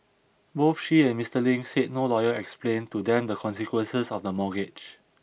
both she and Mister Ling said no lawyer explained to them the consequences of the mortgage